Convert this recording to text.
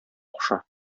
куша